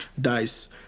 Dice